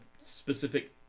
specific